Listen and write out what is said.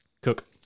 Cook